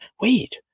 Wait